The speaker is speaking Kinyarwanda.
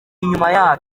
inyuma